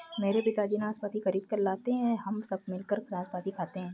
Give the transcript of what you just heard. मेरे पिताजी नाशपाती खरीद कर लाते हैं हम सब मिलकर नाशपाती खाते हैं